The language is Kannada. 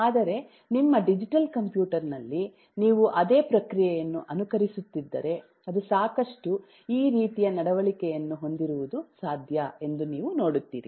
ಆದರೆ ನಿಮ್ಮ ಡಿಜಿಟಲ್ ಕಂಪ್ಯೂಟರ್ನಲ್ಲಿ ನೀವು ಅದೇ ಪ್ರಕ್ರಿಯೆಯನ್ನು ಅನುಕರಿಸುತ್ತಿದ್ದರೆ ಅದು ಸಾಕಷ್ಟು ಈ ರೀತಿಯ ನಡವಳಿಕೆಯನ್ನು ಹೊಂದಿರುವುದು ಸಾಧ್ಯ ಎಂದು ನೀವು ನೋಡುತ್ತೀರಿ